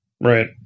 right